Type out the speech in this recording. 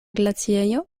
glaciejo